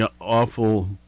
awful